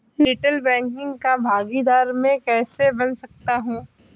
Retail banking का भागीदार मैं कैसे बन सकता हूँ?